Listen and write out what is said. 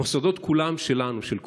המוסדות כולם שלנו, של כולנו,